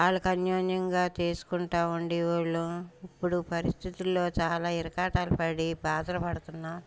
వాళ్ళకి అన్యోన్యంగా చేసుకుంటా ఉండే వాళ్ళం ఇప్పుడు పరిస్థితుల్లో చాలా ఇరకాటాలు పడి బాధలు పడతున్నాం